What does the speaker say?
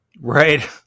Right